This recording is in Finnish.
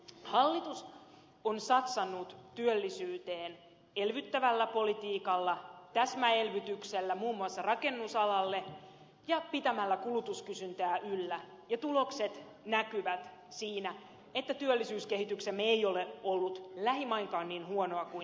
hallitus on satsannut työllisyyteen elvyttävällä politiikalla täsmäelvytyksellä muun muassa rakennusalalle ja pitämällä kulutuskysyntää yllä ja tulokset näkyvät siinä että työllisyyskehityksemme ei ole ollut lähimainkaan niin huonoa kuin pelättiin